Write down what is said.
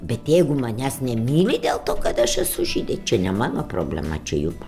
bet jeigu manęs nemyli dėl to kad aš esu žydė čia ne mano problema čia juk